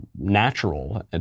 natural